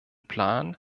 plan